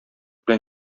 белән